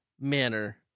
manner